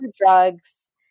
drugs